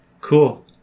Cool